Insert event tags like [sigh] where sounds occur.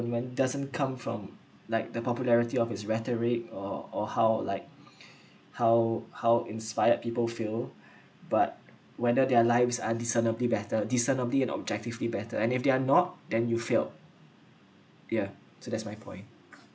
doesn't come from like the popularity of his rhetoric or or how like [breath] how how inspired people fail but whether their lives are discernibly better discernibly and objectively better and if they're not then you failed yeah so that's my point